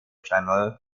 channel